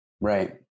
right